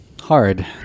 Hard